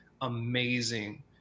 amazing